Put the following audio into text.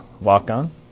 walk-on